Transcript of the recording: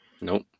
Nope